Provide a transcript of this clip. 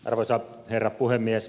arvoisa herra puhemies